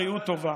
בריאות טובה.